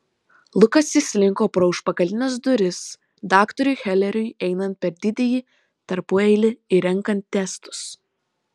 lukas įslinko pro užpakalines duris daktarui heleriui einant per didįjį tarpueilį ir renkant testus